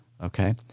Okay